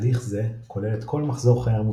תהליך זה כולל את כל מחזור חיי המוצר,